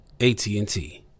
AT&T